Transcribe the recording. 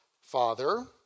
Father